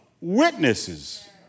witnesses